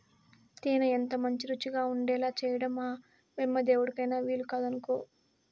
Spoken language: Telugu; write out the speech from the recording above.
తేనె ఎంతమంచి రుచిగా ఉండేలా చేయడం ఆ బెమ్మదేవుడికైన వీలుకాదనుకో